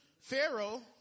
Pharaoh